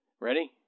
Ready